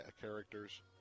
characters